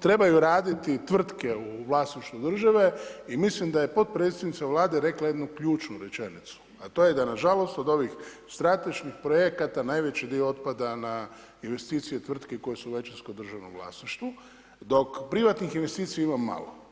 trebaju raditi tvrtke u vlasništvu države i mislim da je potpredsjednica Vlade rekla jednu ključnu rečenicu, a to je da na žalost od ovih strateških projekta najveći dio otpada na investicije tvrtki koje su u većinskom državnom vlasništvu, dok privatnih investicija ima malo.